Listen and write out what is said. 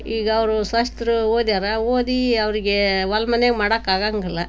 ಈಗ ಅವರು ಸೊಸೇರು ಓದಿಯಾರ ಓದಿ ಅವರಿಗೆ ಹೊಲ ಮನೆಯಾಗ ಮಾಡೋಕ್ಕಾಗಂಗಿಲ್ಲ